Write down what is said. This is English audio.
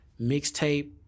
mixtape